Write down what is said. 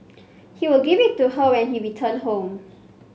he would give it to her when he returned home